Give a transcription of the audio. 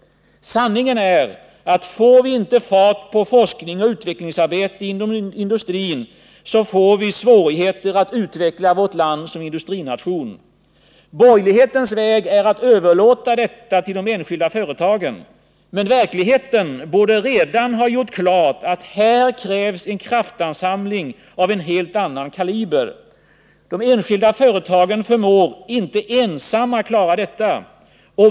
Sanningen är att får vi inte fart på forskningen och utvecklingsarbetet inom industrin, så får vi svårigheter att utveckla vårt land som industrination. Borgerlighetens väg är att överlåta detta till de enskilda företagen. Men verkligheten borde redan ha gjort klart att här krävs en kraftsamling av en helt annan kaliber. De enskilda företagen förmår inte ensamma klara detta.